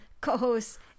co-host